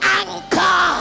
anchor